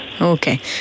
Okay